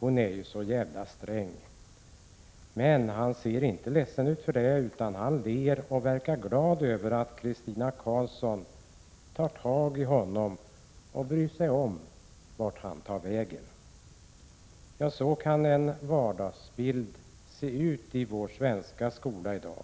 ”Hon är ju så djävla sträng!” Men han ser inte ledsen ut för det. Utan ler och verkar glad över att Christina Karlsson tar tag i honom och bryr sig om vart han tar vägen.” Ja, så kan en vardagsbild se ut i vår svenska skola i dag.